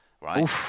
right